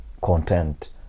content